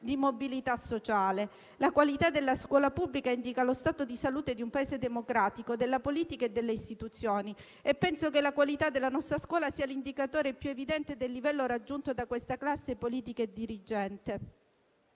di mobilità sociale. La qualità della scuola pubblica indica lo stato di salute di un Paese democratico, della politica e delle Istituzioni. Penso che la qualità della nostra scuola sia l'indicatore più evidente del livello raggiunto da questa classe politica e dirigente.